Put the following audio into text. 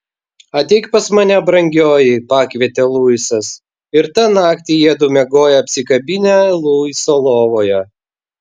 ateik pas mane brangioji pakvietė luisas ir tą naktį jiedu miegojo apsikabinę luiso lovoje